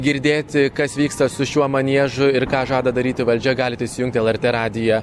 girdėti kas vyksta su šiuo maniežu ir ką žada daryti valdžia galite įsijungti lrt radiją